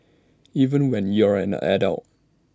even when you're an adult